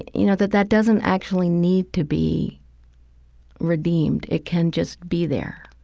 you know, that that doesn't actually need to be redeemed. it can just be there.